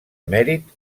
emèrit